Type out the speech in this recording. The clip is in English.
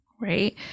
right